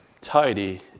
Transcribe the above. tidy